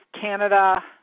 Canada